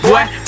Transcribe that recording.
Boy